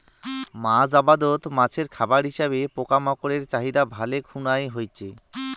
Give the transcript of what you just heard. মাছ আবাদত মাছের খাবার হিসাবে পোকামাকড়ের চাহিদা ভালে খুনায় হইচে